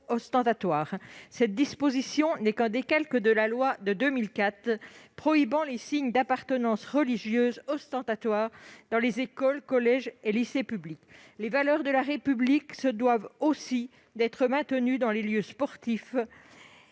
ostentatoire. Cette disposition n'est qu'un décalque de la loi de 2004 prohibant les signes d'appartenance religieuse ostentatoires dans les écoles, collèges et lycées publics. Les valeurs de la République se doivent aussi d'être respectées dans les lieux sportifs.